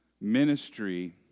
ministry